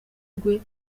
rwe